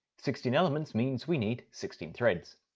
sixteen elements means we need sixteen threads.